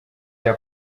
rya